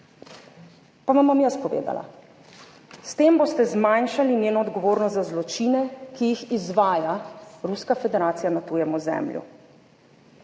Pa vam bom jaz povedala. S tem boste zmanjšali njeno odgovornost za zločine, ki jih izvaja Ruska federacija na tujem ozemlju.